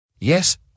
Yes